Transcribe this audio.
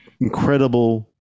incredible